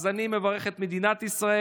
אז אני מברך את מדינת ישראל,